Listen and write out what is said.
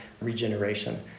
regeneration